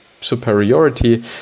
superiority